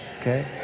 Okay